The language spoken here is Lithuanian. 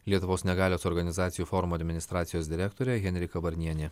lietuvos negalios organizacijų forumo administracijos direktorė henrika varnienė